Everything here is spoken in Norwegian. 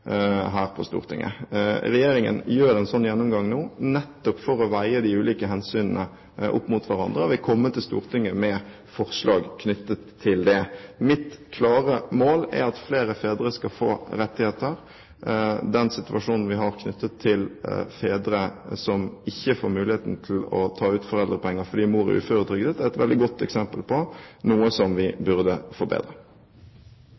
her på Stortinget. Regjeringen gjør en slik gjennomgang nå, nettopp for å veie de ulike hensynene opp mot hverandre og vil komme til Stortinget med forslag knyttet til det. Mitt klare mål er at flere fedre skal få rettigheter. Den situasjonen vi har når det gjelder fedre som ikke får muligheten til å ta ut foreldrepenger fordi mor er uføretrygdet, er et veldig godt eksempel på noe vi burde forbedre. Replikkordskiftet er omme. De talere som